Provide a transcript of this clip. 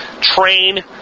train